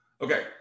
Okay